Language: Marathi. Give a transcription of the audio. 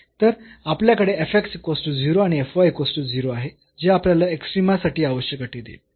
तर आपल्याकडे आहे जे आपल्याला एक्स्ट्रीमा साठी आवश्यक अटी देईल